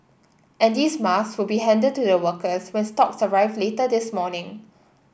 and these masks will be handed to the workers when stocks arrive later this morning